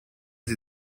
sie